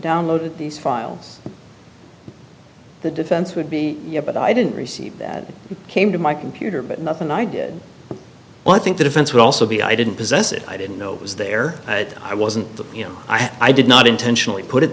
downloaded these files the defense would be yeah but i didn't receive that came to my computer but nothing i did i think the defense will also be i didn't possess it i didn't know it was there but i wasn't you know i did not intentionally put it